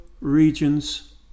regions